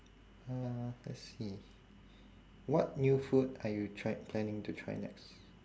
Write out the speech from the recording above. uh let's see what new food are you try planning to try next